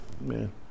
Man